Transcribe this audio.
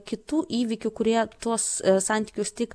kitų įvykių kurie tuos santykius tik